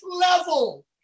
level